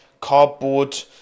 Cardboard